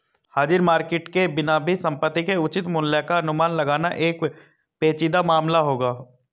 हाजिर मार्केट के बिना भी संपत्ति के उचित मूल्य का अनुमान लगाना एक पेचीदा मामला होगा